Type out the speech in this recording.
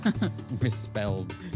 Misspelled